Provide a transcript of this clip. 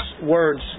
words